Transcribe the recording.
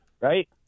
right